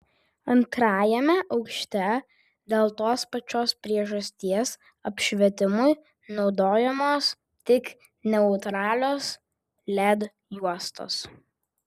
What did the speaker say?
antrajame aukšte dėl tos pačios priežasties apšvietimui naudojamos tik neutralios led juostos